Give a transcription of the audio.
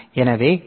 எனவே எஸ்